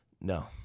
No